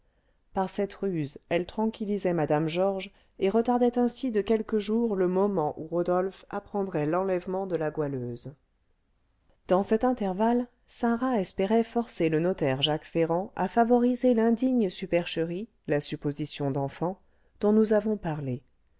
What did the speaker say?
par cette ruse elle tranquillisait mme georges et retardait ainsi de quelques jours le moment où rodolphe apprendrait l'enlèvement de la goualeuse dans cet intervalle sarah espérait forcer le notaire jacques ferrand à favoriser l'indigne supercherie la supposition d'enfant dont nous avons parlé